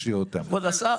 יש, כבוד השר.